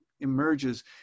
emerges